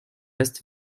est